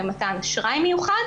במתן אשראי מיוחד,